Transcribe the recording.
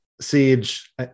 Siege